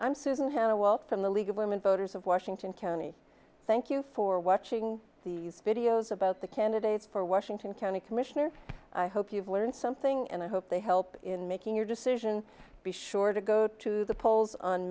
i'm susan hello well from the league of women voters of washington county thank you for watching the videos about the candidates for washington county commissioner i hope you've learned something and i hope they help in making your decision be sure to go to the polls on